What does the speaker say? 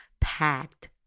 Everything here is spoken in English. packed